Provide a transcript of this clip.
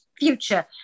future